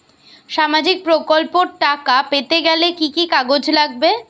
সামাজিক প্রকল্পর টাকা পেতে গেলে কি কি কাগজ লাগবে?